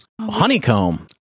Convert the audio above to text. honeycomb